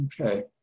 Okay